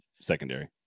secondary